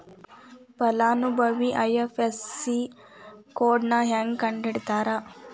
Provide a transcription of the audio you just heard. ಫಲಾನುಭವಿ ಐ.ಎಫ್.ಎಸ್.ಸಿ ಕೋಡ್ನಾ ಹೆಂಗ ಕಂಡಹಿಡಿತಾರಾ